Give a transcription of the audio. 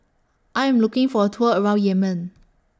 I Am looking For A Tour around Yemen